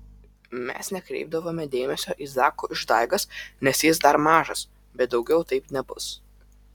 mes nekreipdavome dėmesio į zako išdaigas nes jis dar mažas bet daugiau taip nebus